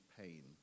pain